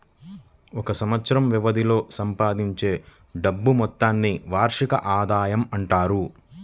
ఒక సంవత్సరం వ్యవధిలో సంపాదించే డబ్బు మొత్తాన్ని వార్షిక ఆదాయం అంటారు